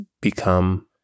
become